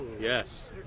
Yes